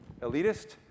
elitist